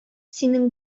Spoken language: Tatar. синең